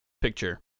picture